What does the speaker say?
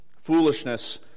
foolishness